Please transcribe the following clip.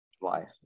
life